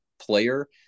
player